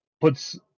puts